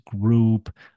group